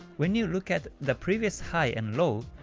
when you look at the previous high and low,